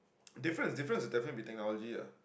difference difference is definitely technology lah